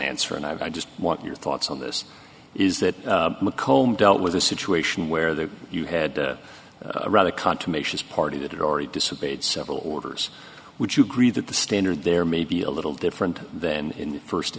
answer and i just want your thoughts on this is that mccomb dealt with a situation where the you had a rather confirmations party that already disobeyed several orders would you agree that the standard there may be a little different than in the first